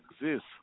exist